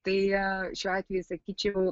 tai šiuo atveju sakyčiau